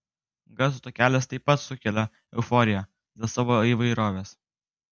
garso takelis taip pat sukelia euforiją dėl savo įvairovės